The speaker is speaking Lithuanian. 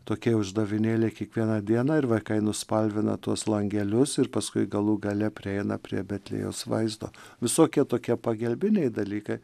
tokie uždavinėliai kiekvieną dieną ir vaikai nuspalvina tuos langelius ir paskui galų gale prieina prie betliejaus vaizdo visokie tokie pagelbiniai dalykai